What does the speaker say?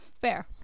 Fair